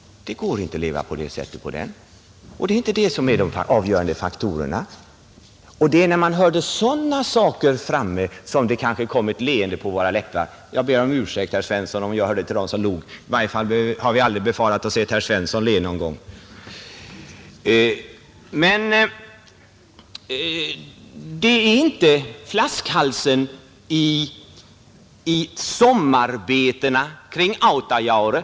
Det går inte att leva på den. Det är inte det som är den avgörande faktorn. Men det är när man hör sådant förfäktas som det kanske kommer ett leende på våra läppar. Jag ber om ursäkt, herr Svensson i Malmö, om jag var bland dem som log. Vi behöver väl aldrig befara att få se herr Svensson le. Nej, flaskhalsen är inte sommarbetena kring Autajaure.